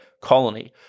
colony